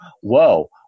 whoa